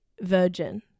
virgin